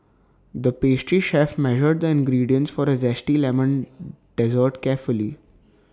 the pastry chef measured the ingredients for A Zesty Lemon dessert carefully